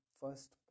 first